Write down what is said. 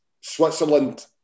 Switzerland